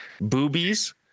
Boobies